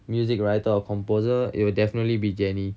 music writer or composer it would definitely be jennie